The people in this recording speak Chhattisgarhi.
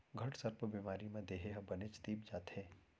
घटसर्प बेमारी म देहे ह बनेच तीप जाथे